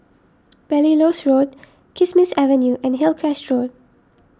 Belilios Road Kismis Avenue and Hillcrest Road